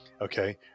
okay